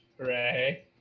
hooray